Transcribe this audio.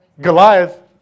Goliath